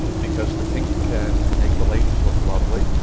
because the pink can make the ladies look lovely.